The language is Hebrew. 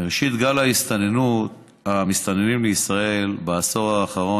מראשית גל המסתננים לישראל בעשור האחרון